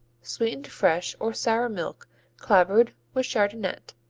sweetened fresh or sour milk clabbered with chardonnette,